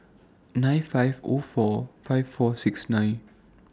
nine five O four five four six nine